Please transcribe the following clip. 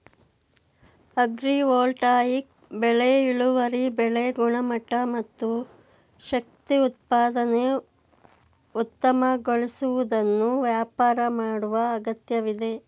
agrivoltaic ಬೆಳೆ ಇಳುವರಿ ಬೆಳೆ ಗುಣಮಟ್ಟ ಮತ್ತು ಶಕ್ತಿ ಉತ್ಪಾದನೆ ಉತ್ತಮಗೊಳಿಸುವುದನ್ನು ವ್ಯಾಪಾರ ಮಾಡುವ ಅಗತ್ಯವಿದೆ